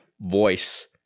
voice